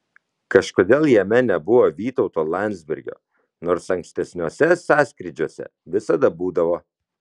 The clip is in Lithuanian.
kažkodėl jame nebuvo vytauto landsbergio nors ankstesniuose sąskrydžiuose visada būdavo